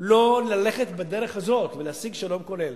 לא ללכת בדרך הזאת ולהשיג שלום כולל.